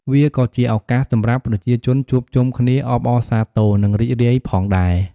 វាក៏ជាឱកាសសម្រាប់ប្រជាជនជួបជុំគ្នាអបអរសាទរ និងរីករាយផងដែរ។